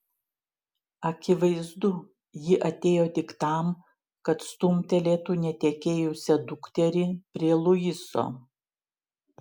akivaizdu ji atėjo tik tam kad stumtelėtų netekėjusią dukterį prie luiso